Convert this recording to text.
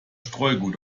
streugut